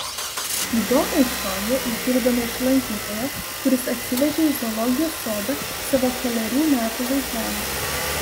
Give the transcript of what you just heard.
įdomią istoriją išgirdome iš lankytojo kuris atsivežė į zoologijos sodą savo kelerių metų vaikelį